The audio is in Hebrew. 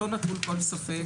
התהליך הוא לא נטול כל ספק.